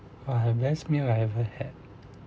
oh the best meal I ever had